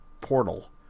portal